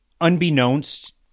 unbeknownst